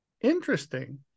interesting